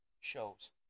shows